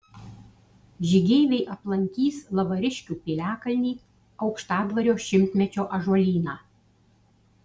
žygeiviai aplankys lavariškių piliakalnį aukštadvario šimtmečio ąžuolyną